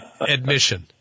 admission